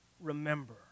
remember